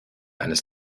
eines